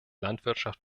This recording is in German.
landwirtschaft